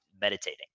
meditating